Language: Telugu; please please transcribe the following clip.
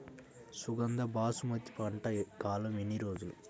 సుగంధ బాసుమతి పంట కాలం ఎన్ని రోజులు?